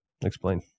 Explain